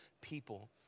people